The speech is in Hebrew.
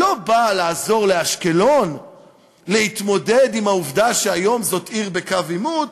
לא בא לעזור לאשקלון להתמודד עם העובדה שהיום זאת עיר בקו עימות.